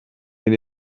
cyn